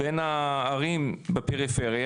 בין הערים בפרפריה,